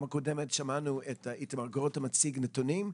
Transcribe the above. הקודמת איתמר גרוטו הציג את הנתונים.